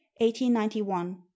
1891